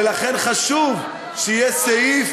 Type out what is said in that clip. ולכן חשוב שיהיה סעיף,